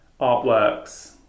artworks